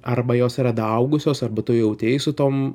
arba jos yra daaugusios arba tu jautei su tom